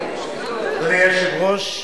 אדוני היושב-ראש,